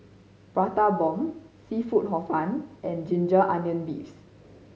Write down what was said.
Prata Bomb seafood Hor Fun and ginger onion beef